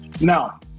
Now